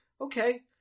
okay